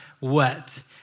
wet